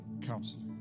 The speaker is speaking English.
counselor